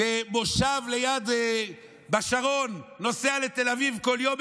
במושב בשרון נוסע לתל אביב כל יום,